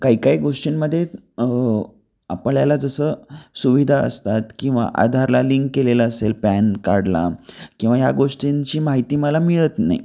काही काही गोष्टींमध्ये आपल्याला जसं सुविधा असतात किंवा आधारला लिंक केलेला असेल पॅन कार्डला किंवा ह्या गोष्टींची माहिती मला मिळत नाही